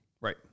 Right